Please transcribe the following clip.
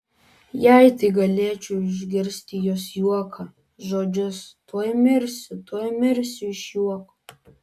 jei tik galėčiau išgirsti jos juoką žodžius tuoj mirsiu tuoj mirsiu iš juoko